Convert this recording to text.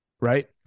right